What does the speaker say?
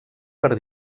per